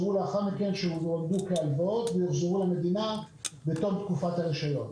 שהועמדו כהלוואות ויוחזרו למדינה בתום תקופת הרישיון.